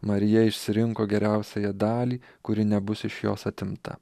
marija išsirinko geriausiąją dalį kuri nebus iš jos atimta